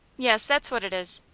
yes, that's what it is.